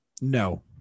No